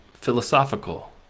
philosophical